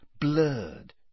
blurred